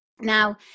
Now